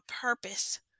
purpose